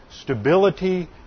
stability